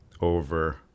over